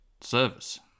service